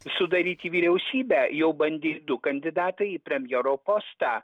sudaryti vyriausybę jau bandė du kandidatai į premjero postą